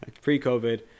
Pre-COVID